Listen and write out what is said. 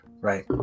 right